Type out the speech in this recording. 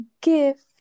gift